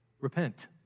Repent